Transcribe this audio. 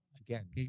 again